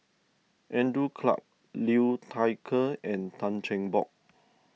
Andrew Clarke Liu Thai Ker and Tan Cheng Bock